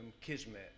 kismet